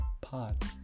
pod